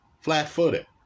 flat-footed